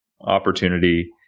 opportunity